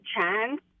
chance